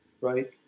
Right